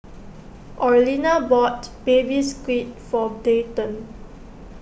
Orlena bought Baby Squid for Dayton